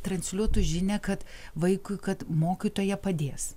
transliuotų žinią kad vaikui kad mokytoja padės